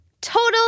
Total